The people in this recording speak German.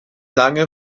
lange